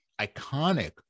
iconic